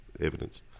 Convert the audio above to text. evidence